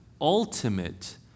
ultimate